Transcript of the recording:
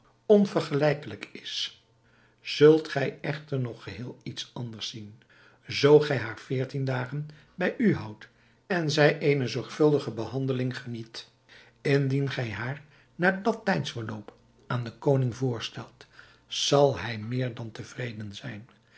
onvergelijkelijk is zult gij echter nog geheel iets anders zien zoo gij haar veertien dagen bij u houdt en zij eene zorgvuldige behandeling geniet indien gij haar na dat tijdsverloop aan den koning voorstelt zal hij meer dan te vreden zijn